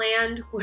land